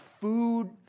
food